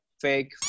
fake